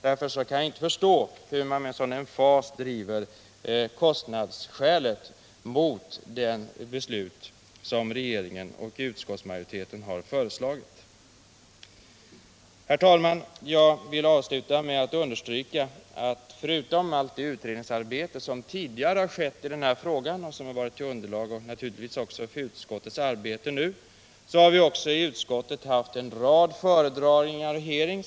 Därför kan jag inte förstå hur man med sådan emfas anför kostnadsskäl som argument mot vad regeringen och utskottsmajoriteten har föreslagit. Herr talman! Jag vill avsluta det här anförandet med att understryka att förutom allt det utredningsarbete som tidigare har utförts och som naturligtvis utgjort underlag också för utskottets arbete har vi i utskottet haft en rad föredragningar och hearings.